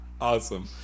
awesome